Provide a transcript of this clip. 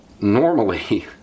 normally